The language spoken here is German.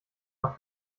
noch